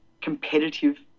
competitive